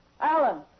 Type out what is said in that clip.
Alan